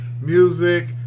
Music